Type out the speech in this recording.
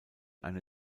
eine